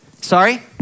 Sorry